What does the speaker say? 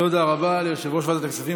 תודה רבה ליושב-ראש ועדת הכספים,